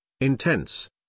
intense